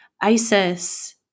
Isis